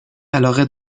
علاقه